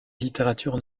littérature